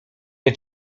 nie